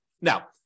Now